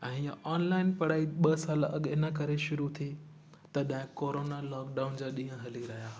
ऐं हीअं ऑनलाइन पढ़ाई ॿ साल अॻु इनकरे शुरू थी तॾहिं कोरोना लॉकडाउन जा ॾींहुं हली रहिया हुआ